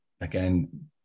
again